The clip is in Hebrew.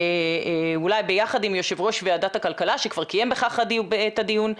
אולי יחד עם יו"ר ועדת הכלכלה שכבר קיים בכך את הדיון,